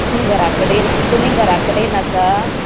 तुमी घरा कडेन तुमी घरा कडेन आसा